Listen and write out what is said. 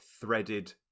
threaded